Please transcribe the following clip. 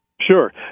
Sure